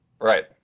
Right